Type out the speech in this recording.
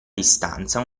distanza